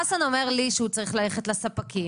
חסן אומר לי שהוא צריך ללכת לספקים,